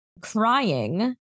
crying